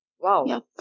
Wow